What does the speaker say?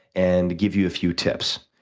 and give you a few tips.